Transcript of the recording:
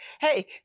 Hey